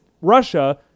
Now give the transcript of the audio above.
Russia